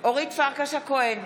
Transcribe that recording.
אורית פרקש הכהן,